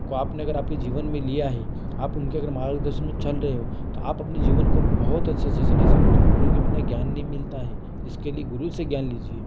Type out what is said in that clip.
को आपने अगर आपके जीवन में लिया है आप उनके अगर मार्गदर्शन में चल रहे हो तो आप अपने जीवन को बहुत अच्छे से चला सकते हो गुरू के बिना ज्ञान नहीं मिलता है इसके लिए गुरू से ज्ञान लीजिए